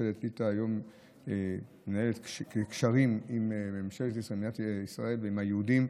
ממשלת ליטא היום מנהלת קשרים עם מדינת ישראל ועם היהודים,